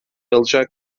alacak